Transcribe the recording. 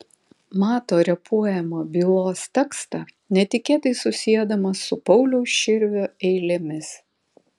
mato repuojamą bylos tekstą netikėtai susiedamas su pauliaus širvio eilėmis